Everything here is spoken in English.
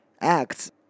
acts